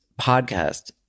podcast